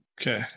Okay